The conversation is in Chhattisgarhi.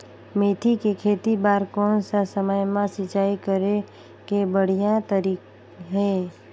मेथी के खेती बार कोन सा समय मां सिंचाई करे के बढ़िया तारीक हे?